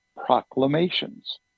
Proclamations